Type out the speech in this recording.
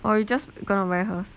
or you just gonna wear hers